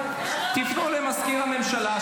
תפנו למזכיר הממשלה,